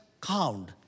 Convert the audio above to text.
Count